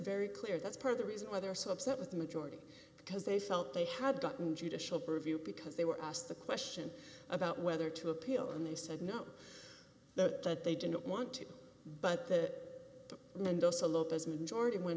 very clear that's part of the reason why they're so upset with the majority because they felt they had gotten judicial purview because they were asked the question about whether to appeal and they said no that they didn't want to but that the mendosa lopez majority went